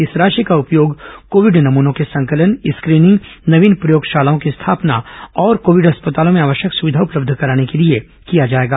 इस राशि का उपयोग कोविड नमूनों के संकलन स्क्रीनिंग नवीन प्रयोग शालाओं की स्थापना और कोविड अस्पतालों में आवश्यक सुविधा उपलब्ध कराने के लिए किया जाएगा